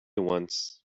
once